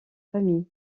familles